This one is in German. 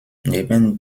neben